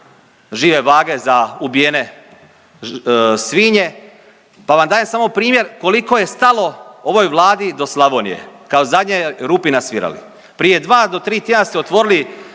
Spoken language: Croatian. žive vage za ubijene svinje, pa vam dajem samo primjer koliko je stalo ovoj Vladi do Slavonije kao zadnjoj rupi na svirali. Prije dva do tri tjedna ste otvorili